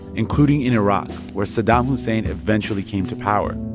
including in iraq, where saddam hussein eventually came to power.